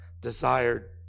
desired